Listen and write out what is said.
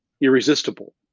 irresistible